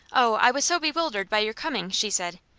oh, i was so bewildered by your coming, she said.